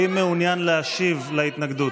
האם אתה מעוניין להשיב על ההתנגדות?